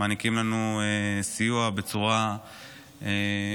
מעניקים לנו סיוע בצורה מכובדת,